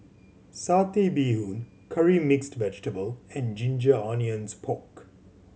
Satay Bee Hoon Curry Mixed Vegetable and ginger onions pork